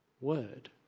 word